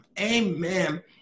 Amen